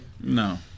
no